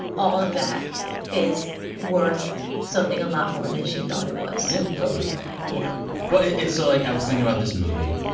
all of that is worth something a lot more than she thought it was yeah. totally yeah well and so like, i was thinking about this movie,